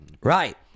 Right